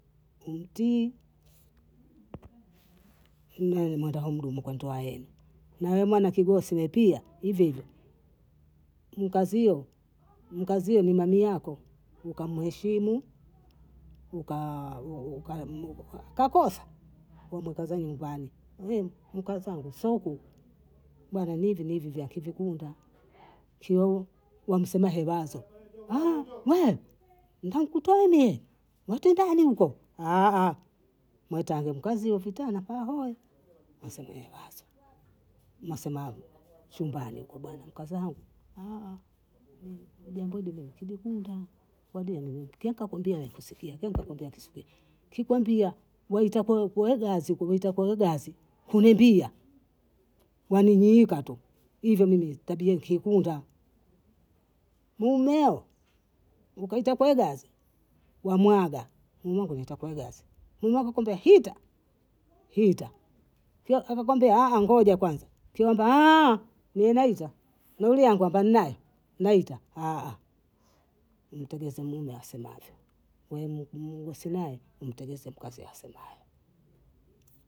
Umtii, imelemenda hamdumu kwa ndoa yenu, nawe mwana kigosi we pia hivyo hivyo, mkazio, mkazio nimami yako, ukamuheshimu, ukakosa wamwukaza huyu mbani, mkasangu siuku, bana ni hivi na hivi vyakivikunda, kio wamsema hebazo ntakutane nitandani huko metangu mkazie vitana, wasema he wazo, mwasema chumbani huko bana mkaze wangu ni jambo dogo kijikunda wadieleweke, kiaka kwambia nakisikia, kwambia nakisiki, kikwambia waitako kule gazi kuhitakoi gazi, humwambia, namimiikatu hivyo mimi tabia kiikunda, mmo ukaitakwe gazi wamwaga, ungu ntakwegaza, wamwaga kwamba hita, hita kio akakwambia ngoja kwanza, kyomba wemaita, nauliambangwa naye naita, umtegeze mume asemavyo, we asemaye umtegeze mkazi asemayo.